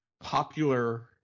popular